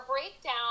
breakdown